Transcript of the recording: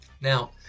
Now